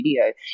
video